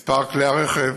מספר כלי הרכב